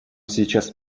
сейчас